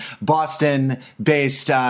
Boston-based